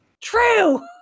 true